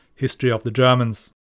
historyofthegermans